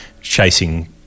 chasing